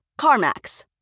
CarMax